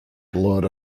blood